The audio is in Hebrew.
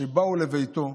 שבאו לביתו,